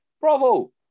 Bravo